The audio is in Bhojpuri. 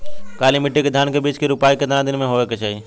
काली मिट्टी के धान के बिज के रूपाई कितना दिन मे होवे के चाही?